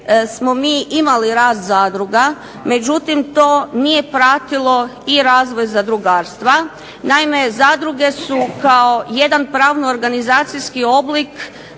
smo imali rast zadruga, međutim to nije pratilo i razvoj zadrugarstva. Naime, zadruge su kao jedan pravno organizacijski oblik